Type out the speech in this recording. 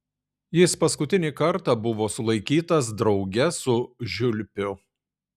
jis paskutinį kartą buvo sulaikytas drauge su žiulpiu